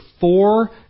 four